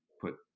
put